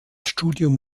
studium